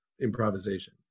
improvisation